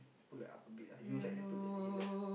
put like up a bit lah you like that put eh like